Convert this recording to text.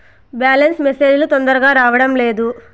Balance message లు తొందరగా రావడం లేదు?